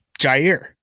Jair